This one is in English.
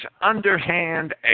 underhand